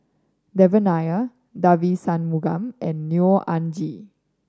Devan Nair Devagi Sanmugam and Neo Anngee